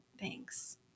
Thanks